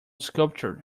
sculpture